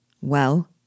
Well